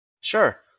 Sure